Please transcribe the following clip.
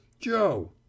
Joe